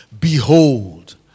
Behold